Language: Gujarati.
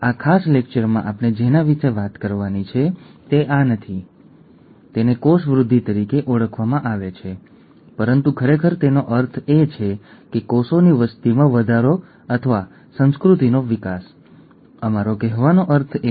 આ લેક્ચર દરમિયાન આપણે તેમનો ઉલ્લેખ કરીશું અને તમને એ પણ સ્પષ્ટ થઈ જશે કે આટલી જૂની ચીજ તરફ આપણે શા માટે જોઈ રહ્યા છીએ